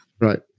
Right